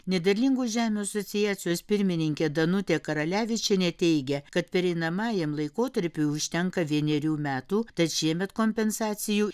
nederlingų žemių asociacijos pirmininkė danutė karalevičienė teigia kad pereinamajam laikotarpiui užtenka vienerių metų tad šiemet kompensacijų